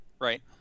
right